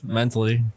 mentally